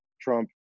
Trump